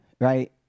Right